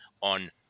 on